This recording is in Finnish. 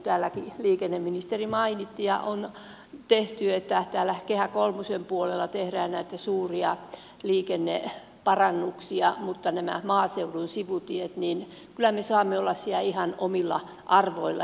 täälläkin liikenneministeri mainitsi ja on tehty että täällä kehä kolmosen puolella tehdään suuria liikenneparannuksia mutta nämä maaseudun sivutiet kyllä me saamme olla siellä ihan omilla arvoilla